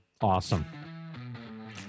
Awesome